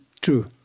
True